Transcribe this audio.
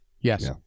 yes